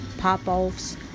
Pop-offs